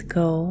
go